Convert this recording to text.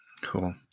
Cool